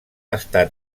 estat